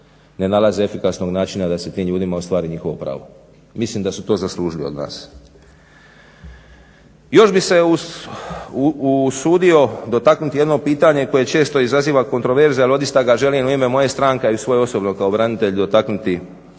ne nalaze efikasnog načina da se tim ljudima ostvari njihovo pravo. Mislim da su to zaslužili od nas. Još bih se usudio dotaknuti jedno pitanje koje često izaziva kontraverze ali odista ga želim u ime moje stranke, a i u svoje osobne kao branitelj dotaknuti